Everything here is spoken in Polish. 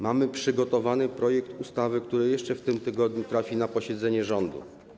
Mamy przygotowany projekt ustawy, który jeszcze w tym tygodniu trafi na posiedzenie rządu.